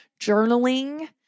journaling